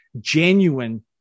genuine